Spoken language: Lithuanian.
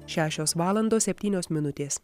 šešios valandos septynios minutės